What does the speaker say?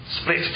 split